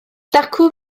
dacw